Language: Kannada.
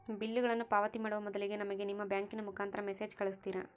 ಬಿಲ್ಲುಗಳನ್ನ ಪಾವತಿ ಮಾಡುವ ಮೊದಲಿಗೆ ನಮಗೆ ನಿಮ್ಮ ಬ್ಯಾಂಕಿನ ಮುಖಾಂತರ ಮೆಸೇಜ್ ಕಳಿಸ್ತಿರಾ?